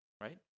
right